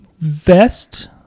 Vest